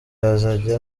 hazajya